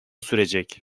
sürecek